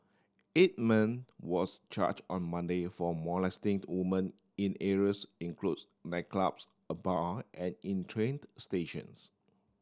eight men was charge on Monday for molesting the women in areas includes nightclubs a bar on and in trained stations